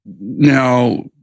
now